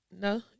no